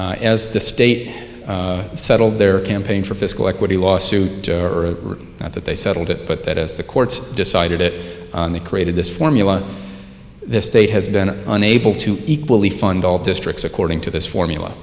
then as the state settled their campaign for fiscal equity lawsuit or not that they settled it but that is the courts decided it the created this formula this state has been unable to equally fund all districts according to this formula